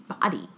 body